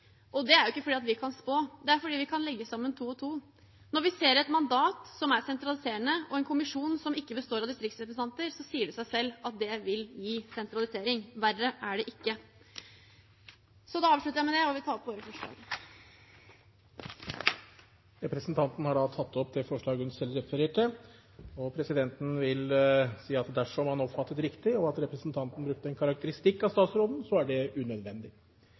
og det var ikke fordi vi kunne spå – det var fordi vi kan legge sammen to og to. Når vi ser et mandat som er sentraliserende, og en kommisjon som ikke består av distriktsrepresentanter, sier det seg selv at det vil gi sentralisering. Verre er det ikke. Jeg avslutter med det og vil ta opp vårt forslag. Representanten Emilie Enger Mehl har tatt opp det forslaget hun refererte til. Presidenten vil si at dersom han oppfattet riktig og representanten brukte en karakteristikk av statsråden, var det unødvendig.